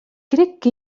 crec